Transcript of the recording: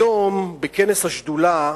היום, בכנס השדולה,